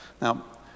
now